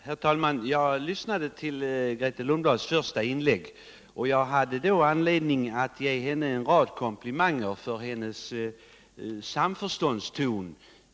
Herr talman! Jag lyssnade till Grethe Lundblads första inlägg och hade då anledning att ge henne en rad komplimanger för hennes samförståndston.